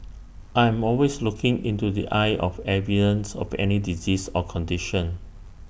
I am always looking into the eye of evidence of any disease or condition